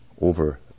over